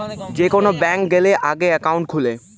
যে কোন ব্যাংকে গ্যালে আগে একাউন্ট খুলে